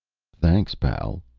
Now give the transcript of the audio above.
thanks, pal.